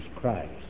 Christ